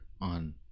on